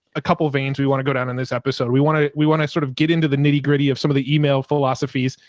a couple of veins. we want to go down in this episode, we want to, we want to sort of get into the nitty gritty of some of the email philosophies.